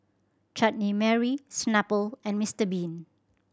Chutney Mary Snapple and Mister Bean